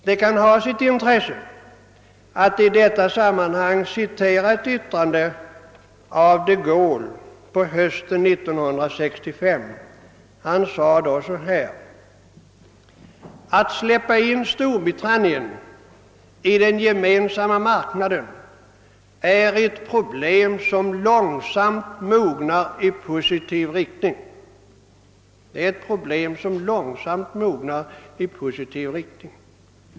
Det kan ha sitt intresse att i detta sammanhang citera ett yttrande av de Gaulle på hösten 1965. Han sade då: Att släppa in Storbritannien i den gemensamma marknaden är ett problem som långsamt mognar i positiv riktning.